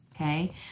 Okay